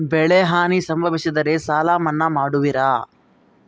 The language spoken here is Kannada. ಬೆಳೆಹಾನಿ ಸಂಭವಿಸಿದರೆ ಸಾಲ ಮನ್ನಾ ಮಾಡುವಿರ?